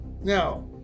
now